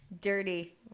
Dirty